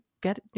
get